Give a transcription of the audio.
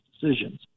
decisions